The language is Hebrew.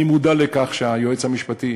אני מודע לכך שהיועץ המשפטי,